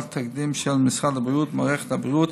תקדים של משרד הבריאות במערכת הבריאות,